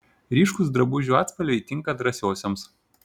ryškūs drabužių atspalviai tinka drąsiosioms